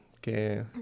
que